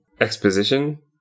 exposition